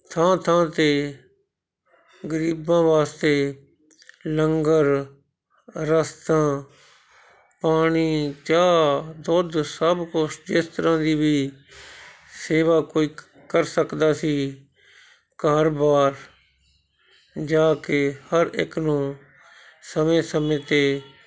ਥਾਂ ਥਾਂ 'ਤੇ ਗਰੀਬਾਂ ਵਾਸਤੇ ਲੰਗਰ ਰਸਤਾਂ ਪਾਣੀ ਚਾਹ ਦੁੱਧ ਸਭ ਕੁਛ ਜਿਸ ਤਰ੍ਹਾਂ ਦੀ ਵੀ ਸੇਵਾ ਕੋਈ ਕ ਕਰ ਸਕਦਾ ਸੀ ਘਰ ਬਾਰ ਜਾ ਕੇ ਹਰ ਇੱਕ ਨੂੰ ਸਮੇਂ ਸਮੇਂ 'ਤੇ